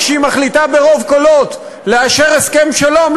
כשהיא מחליטה ברוב קולות לאשר הסכם שלום,